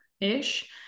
ish